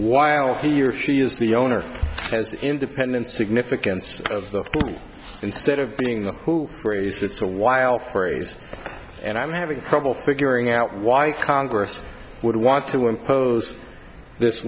while he or she is the owner has independent significance of the instead of being the who phrased it so while phrase and i'm having trouble figuring out why congress would want to impose this